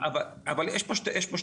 אבל יש פה שתי בעיות.